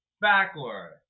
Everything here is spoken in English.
Backward